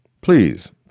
Please